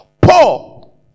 paul